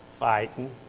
fighting